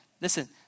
Listen